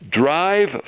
Drive